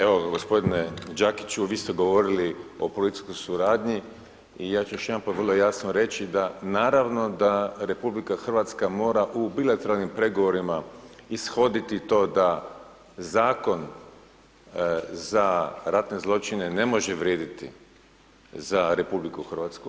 Evo ga, g. Đakiću, vi ste govorili o policijskoj suradnji i ja ću još jedanput vrlo jasno reći da naravno da RH mora u bilateralnim pregovorima ishoditi to da Zakon za ratne zločine ne može vrijediti za RH.